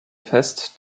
fest